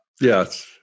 Yes